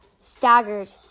staggered